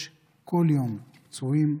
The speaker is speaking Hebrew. כל יום יש פצועים,